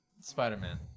Spider-Man